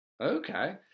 Okay